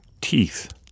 teeth